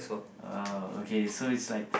!wow! okay so is like